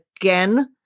again